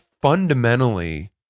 fundamentally